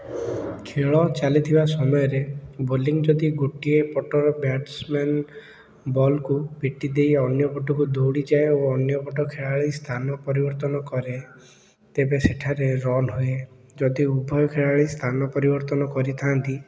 ଖେଳ ଚାଲିଥିବା ସମୟରେ ବୋଲିଂ ଯଦି ଗୋଟିଏ ପଟର ବ୍ୟାଟ୍ସମ୍ୟାନ୍ ବଲ୍କୁ ପିଟି ଦେଇ ଅନ୍ୟ ପଟକୁ ଦୌଡ଼ିଯାଏ ଓ ଅନ୍ୟପଟ ଖେଳାଳି ସ୍ଥାନ ପରିବର୍ତ୍ତନ କରେ ତେବେ ସେଠାରେ ରନ୍ ହୁଏ ଯଦି ଉଭୟ ଖେଳାଳି ସ୍ଥାନ ପରିବର୍ତ୍ତନ କରିଥାଆନ୍ତି